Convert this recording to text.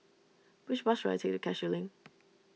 which bus should I take to Cashew Link